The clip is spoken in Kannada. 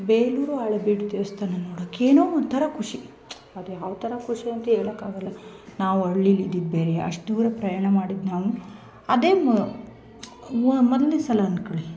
ಬೇಲೂರು ಹಳೇಬೀಡು ದೇವಸ್ಥಾನ ನೋಡೋಕೆ ಏನೋ ಒಂಥರ ಖುಷಿ ಅದು ಯಾವ ಥರ ಖುಷಿ ಅಂತ ಹೇಳೋಕ್ಕಾಗಲ್ಲ ನಾವು ಹಳ್ಳೀಲ್ ಇದ್ದಿದ್ದು ಬೇರೆ ಅಷ್ಟು ದೂರ ಪ್ರಯಾಣ ಮಾಡಿದ್ದು ನಾವು ಅದೆ ಮೊದ ಮೊದಲನೇ ಸಲ ಅನ್ಕೊಳಿ